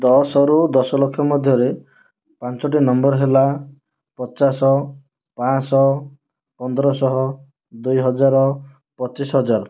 ଦଶରୁ ଦଶ ଲକ୍ଷ ମଧ୍ୟରେ ପାଞ୍ଚୋଟି ନମ୍ବର ହେଲା ପଚାଶ ପାଞ୍ଚଶହ ପନ୍ଦରଶହ ଦୁଇ ହଜାର ପଚିଶ ହଜାର